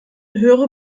höhere